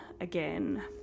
again